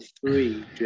three